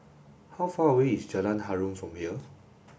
how far away is Jalan Harum from here